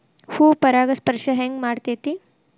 ಹೂ ಪರಾಗಸ್ಪರ್ಶ ಹೆಂಗ್ ಮಾಡ್ತೆತಿ?